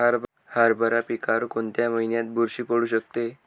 हरभरा पिकावर कोणत्या महिन्यात बुरशी पडू शकते?